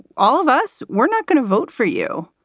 all of us, we're not going to vote for you.